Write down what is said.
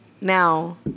now